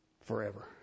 forever